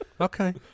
Okay